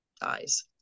dies